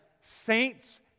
saints